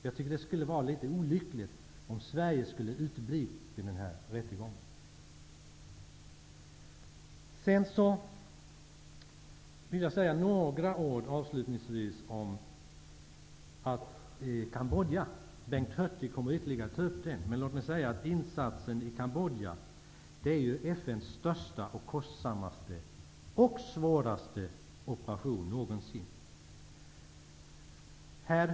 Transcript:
Jag tycker att det skulle vara olyckligt om Sverige skulle utebli från den här rättegången. Avslutningsvis vill jag säga några ord om Kambodja. Bengt Hurtig kommer att ytterligare ta upp det ämnet, men låt mig säga att insatsen i Kambodja är FN:s största, kostsammaste och svåraste operation någonsin.